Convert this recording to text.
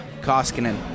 Koskinen